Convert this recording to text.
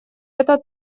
это